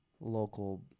local